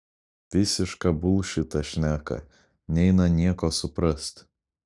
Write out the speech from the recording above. visišką bulšitą šneka neina nieko suprast